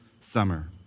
summer